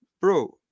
bro